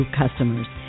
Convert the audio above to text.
customers